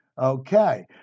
okay